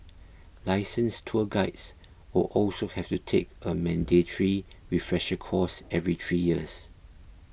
licensed tour guides will also have to take a mandatory refresher course every three years